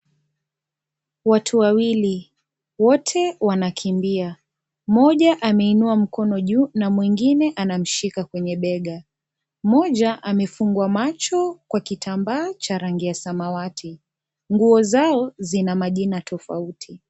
Watu wawili wote wanakimbia mmoja ameinua mkono juu na mwingine anamshika kwenye bega mmoja amefungwa macho kwa kitambaa cha rangi ya samawati nguo zao zina majina tofauti.